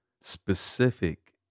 specific